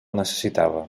necessitava